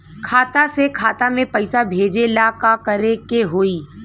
खाता से खाता मे पैसा भेजे ला का करे के होई?